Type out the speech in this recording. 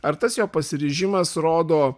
ar tas jo pasiryžimas rodo